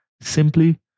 simply